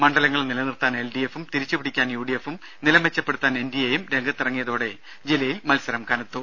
മണ്ഡലങ്ങൾ നിലനിർത്താൻ L D എഫും തിരിച്ച് പിടിക്കാൻ യു ഡി എഫും നില മെച്ചപ്പെടുത്താൻ എൻ ഡി എയും രംഗത്ത് ഇറങ്ങിയതോടെ ജില്ലയിൽ മത്സരം കനത്തു